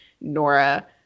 Nora